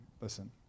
listen